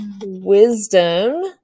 Wisdom